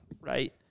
right